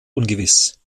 ungewiss